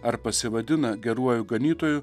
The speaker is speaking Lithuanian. ar pasivadina geruoju ganytoju